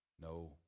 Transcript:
no